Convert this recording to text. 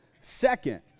second